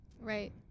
right